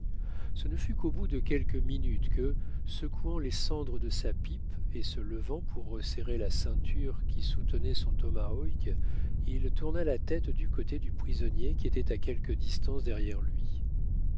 ce ne fut qu'au bout de quelques minutes que secouant les cendres de sa pipe et se levant pour resserrer la ceinture qui soutenait son tomahawk il tourna la tête du côté du prisonnier qui était à quelque distance derrière lui